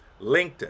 LinkedIn